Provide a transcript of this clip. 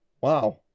Wow